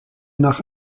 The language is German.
nach